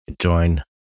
join